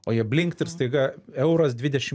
o jie blinkt ir staiga euras dvidešim